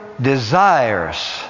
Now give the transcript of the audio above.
desires